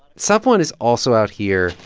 safwan is also out here.